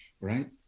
right